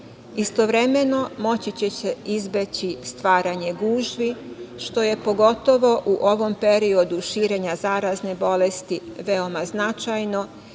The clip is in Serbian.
Istovremeno, moći će se izbeći stvaranje gužvi, što je pogotovo u ovom periodu širenja zarazne bolesti veoma značajno,